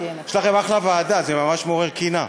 יש לכם אחלה ועדה, זה ממש מעורר קנאה,